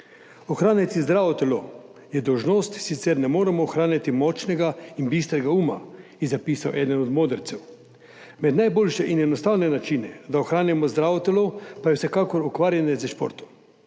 Ohraniti zdravo telo je dolžnost, sicer ne moremo ohranjati močnega in bistrega uma, je zapisal eden od modrecev. Med najboljše in enostavne načine, da ohranjamo zdravo telo, pa vsekakor uvrščamo ukvarjanje s športom.